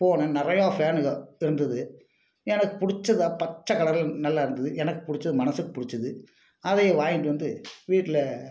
போனேன் நிறையா ஃபேனுங்க இருந்தது எனக்கு பிடிச்சதா பச்சைக்கலரில் நல்லா இருந்தது எனக்கு பிடிச்சது மனதுக்கு பிடிச்சது அதை வாங்கிட்டு வந்து வீட்டில்